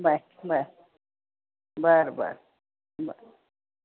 bye bye बरं बरं बरं